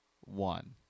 one